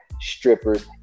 strippers